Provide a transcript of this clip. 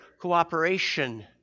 cooperation